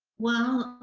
well,